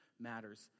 matters